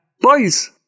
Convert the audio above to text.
boys